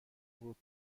بود